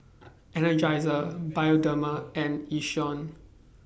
Energizer Bioderma and Yishion